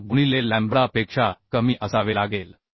6 गुणिले लॅम्बडा पेक्षा कमी असावे लागेल